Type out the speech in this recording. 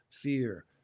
Fear